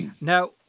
Now